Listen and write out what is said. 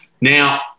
Now